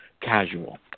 casual